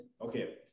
okay